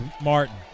Martin